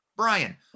Brian